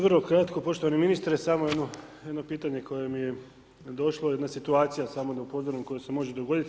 Vrlo kratko poštovani ministre, samo jedno, jedno pitanje koje mi je došlo, jedna situacija, samo da upozorim koje se može dogodit.